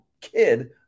kid